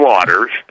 Waters